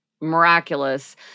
miraculous